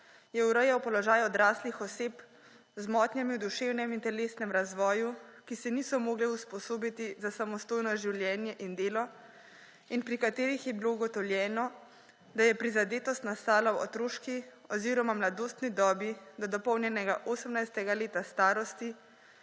je urejal položaj odraslih oseb z motnjami v duševnem in telesnem razvoju, ki se niso mogle usposobiti za samostojno življenje in delo in pri katerih je bilo ugotovljeno, da je prizadetost nastala v otroški oziroma mladostni dobi do dopolnjenega 18. leta starosti